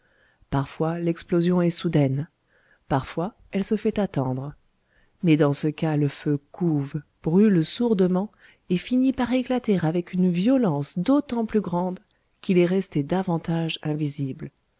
parfois l'explosion est soudaine parfois elle se fait attendre mais dans ce cas le feu couve brûle sourdement et finit par éclater avec une violence d'autant plus grande qu'il est resté davantage invisible